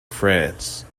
france